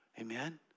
Amen